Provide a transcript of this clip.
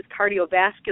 cardiovascular